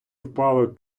впало